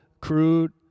crude